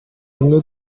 rimwe